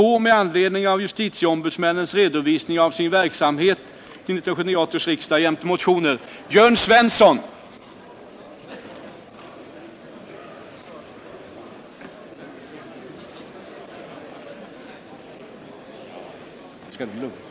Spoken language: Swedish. "handlingarna med gillande av de uttalanden som gjorts i avsnitten III och IV i de justitieombudsmans handläggning enligt motionärerna visade vissa brister.